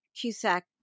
Cusack